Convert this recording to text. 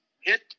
hit